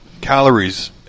calories